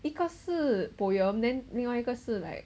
一个是 poem then 另外一个是 like